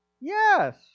Yes